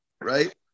right